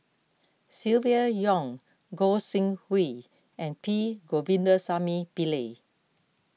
Silvia Yong Gog Sing Hooi and P Govindasamy Pillai